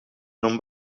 non